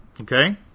okay